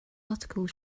article